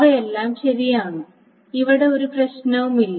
അവയെല്ലാം ശരിയാണ് ഇവിടെ ഒരു പ്രശ്നവുമില്ല